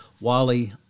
Wally